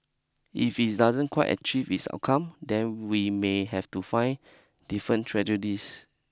if it's doesn't quite achieve its outcome then we may have to find different tragedies